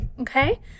okay